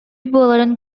буоларын